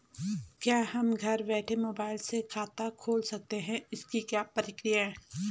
क्या हम घर बैठे मोबाइल से खाता खोल सकते हैं इसकी क्या प्रक्रिया है?